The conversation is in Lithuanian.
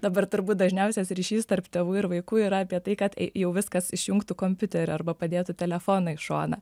dabar turbūt dažniausias ryšys tarp tėvų ir vaikų yra apie tai kad jau viskas išjungtų kompiuterį arba padėtų telefoną į šoną